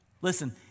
Listen